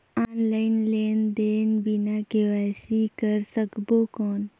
Online लेनदेन बिना KYC कर सकबो कौन??